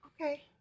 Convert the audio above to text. Okay